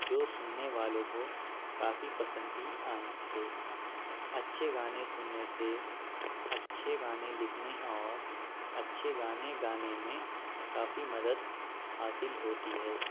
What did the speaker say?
جو سننے والوں کو کافی پسند بھی آئے تھے اچھے گانے سننے سے اچھے گانے لکھنے اور اچھے گانے گانے میں کافی مدد حاصل ہوتی ہے